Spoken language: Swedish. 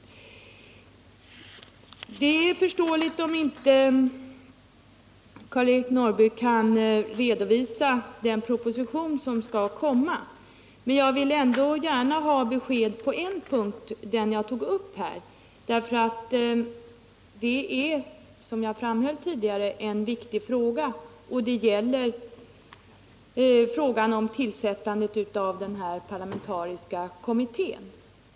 Det är förståeligt om inte Karl-Eric Norrby kan redovisa den proposition som skall komma. Men jag vill ändå gärna ha besked på den punkt jag tog upp. Det är, som jag framhöll tidigare, den viktiga frågan om tillsättandet av en parlamentarisk kommitté.